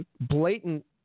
blatant